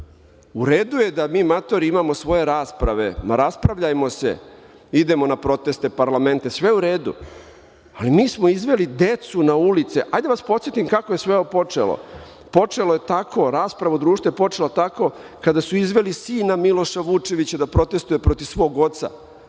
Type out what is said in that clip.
U redu je da mi matori imamo svoje rasprave. Ma raspravljajmo se, idemo na proteste, parlamente, sve u redu, ali mi smo izveli decu na ulice. Ajde da vas podsetim kako je sve ovo počelo. Rasprava u društvu je počela tako kada su izveli sina Miloša Vučevića da protestvuje protiv svog oca,